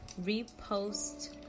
repost